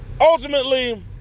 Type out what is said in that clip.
ultimately